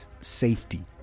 safety